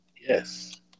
Yes